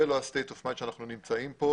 לא ה-סטייט אוף מיינד שאנחנו נמצאים בו.